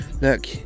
look